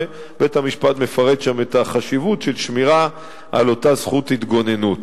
בית-המשפט מפרט שם את החשיבות של שמירה על אותה זכות התגוננות.